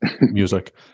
music